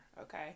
Okay